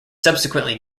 subsequently